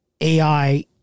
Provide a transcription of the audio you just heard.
AI